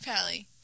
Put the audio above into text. Pally